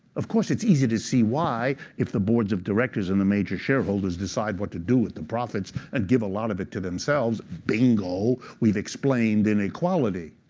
of course, it's easy to see why, if the boards of directors and the major shareholders decide what to do with the profits and give a lot of it to themselves. bingo, we've explained inequality.